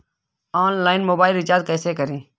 Online mobile recharge कैसे करें?